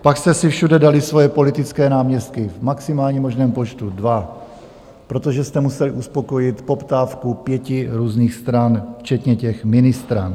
Pak jste si všude dali svoje politické náměstky v maximálním možném počtu, dva, protože jste museli uspokojit poptávku pěti různých stran, včetně těch ministran.